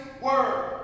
word